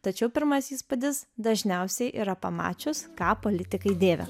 tačiau pirmas įspūdis dažniausiai yra pamačius ką politikai dėvi